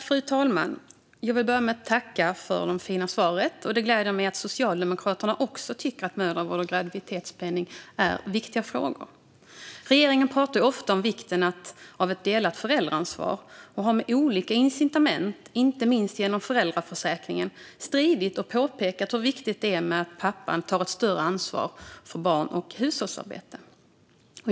Fru talman! Jag vill börja med att tacka för det fina svaret. Det gläder mig att Socialdemokraterna också tycker att mödravård och graviditetspenning är viktiga frågor. Regeringen pratar ofta om vikten av ett delat föräldraansvar och har med olika incitament, inte minst genom föräldraförsäkringen, stridit för och påpekat hur viktigt det är att pappan tar ett större ansvar för barn och hushållsarbete.